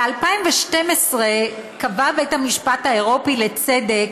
ב-2012 קבע בית המשפט האירופי לצדק